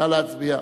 נא להצביע.